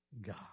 God